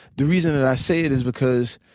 the reason that i say it is because